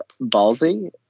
ballsy